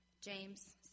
James